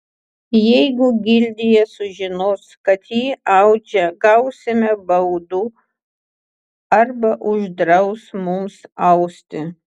jeigu gildija sužinos kad ji audžia gausime baudų arba uždraus mums austi